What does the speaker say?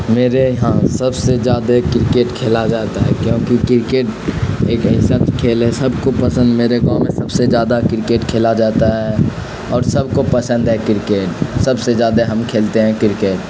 میرے یہاں سب سے زیادہ کرکٹ کھیلا جاتا ہے کیونکہ کرکٹ ایک ایسا کھیل ہے سب کو پسند میرے گاؤں میں سب سے زیادہ کرکٹ کھیلا جاتا ہے اور سب کو پسند ہے کرکٹ سب سے زیادہ ہم کھیلتے ہیں کرکٹ